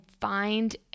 find